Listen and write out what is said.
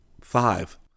Five